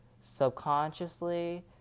subconsciously